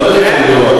זה עוד יותר גרוע.